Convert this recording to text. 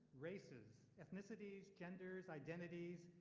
races, ethnicities, genders, identities,